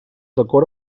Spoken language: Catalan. decora